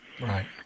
Right